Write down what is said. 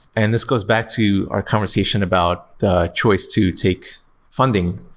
and this goes back to our conversation about the choice to take funding,